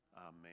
Amen